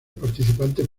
participantes